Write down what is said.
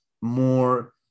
more